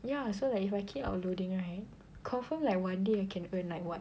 ya so like if I keep uploading right confirm like one day you can earn like what